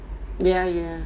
yeah yeah